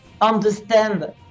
understand